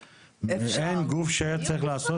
אין גוף שהיה צריך לעשות את זה?